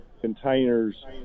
containers